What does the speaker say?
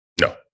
No